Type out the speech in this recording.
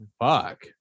fuck